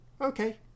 Okay